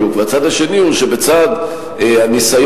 הצד השני הוא שבצד הניסיון,